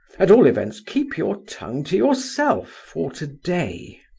at all events keep your tongue to yourself for today.